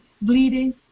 bleeding